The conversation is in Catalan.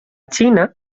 xina